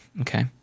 okay